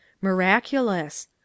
Miraculous